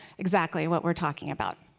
exactly what we are talking about.